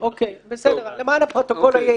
למען הפרוטוקול.